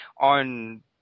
on